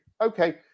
Okay